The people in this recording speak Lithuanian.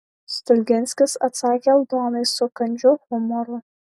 stulginskis atsakė aldonai su kandžiu humoru